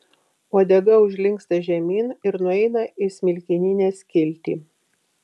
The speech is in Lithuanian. uodega užlinksta žemyn ir nueina į smilkininę skiltį